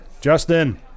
Justin